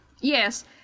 Yes